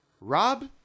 Rob